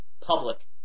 public